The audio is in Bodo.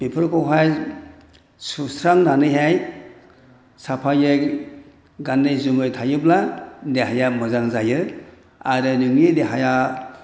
बेफोरखौहाय सुस्रांनानैहाय साफायै गानै जोमै थायोब्ला देहाया मोजां जायो आरो नोंनि देहाया